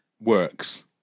works